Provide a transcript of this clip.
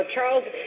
Charles